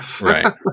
Right